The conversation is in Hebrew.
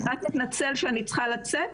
אני רק אתנצל שאני צריכה לצאת,